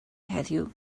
heddiw